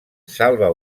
salva